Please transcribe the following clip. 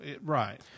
right